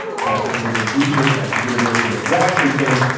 patrick was a region to at the university of washington,